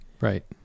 Right